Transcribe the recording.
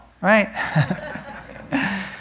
right